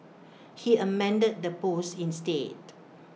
he amended the post instead